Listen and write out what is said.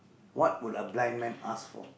what would a blind man ask for